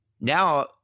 now